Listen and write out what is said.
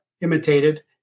imitated